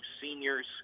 seniors